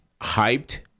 hyped